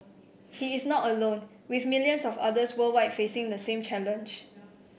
he is not alone with millions of others worldwide facing the same challenge